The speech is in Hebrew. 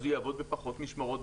הוא יעבוד אז בפחות משמרות,